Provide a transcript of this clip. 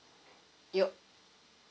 yup